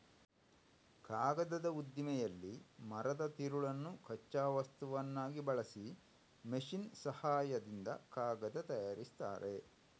ಕಾಗದದ ಉದ್ದಿಮೆಯಲ್ಲಿ ಮರದ ತಿರುಳನ್ನು ಕಚ್ಚಾ ವಸ್ತುವನ್ನಾಗಿ ಬಳಸಿ ಮೆಷಿನ್ ಸಹಾಯದಿಂದ ಕಾಗದ ತಯಾರಿಸ್ತಾರೆ